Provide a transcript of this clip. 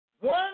One